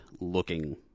looking